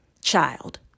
child